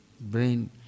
brain